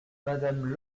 madame